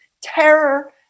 terror